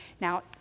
Now